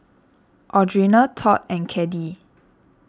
Audrina Todd and Caddie